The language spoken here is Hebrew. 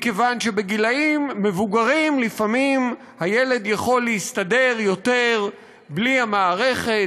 מכיוון שבגילים מבוגרים לפעמים הילד יכול להסתדר יותר בלי המערכת,